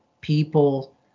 people